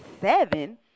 seven